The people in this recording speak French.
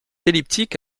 elliptique